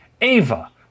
Ava